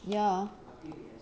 ya oh